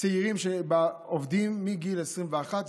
צעירים שעובדים מגיל 21,